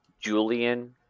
Julian